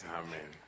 amen